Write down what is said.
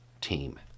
team